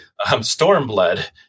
Stormblood